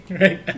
right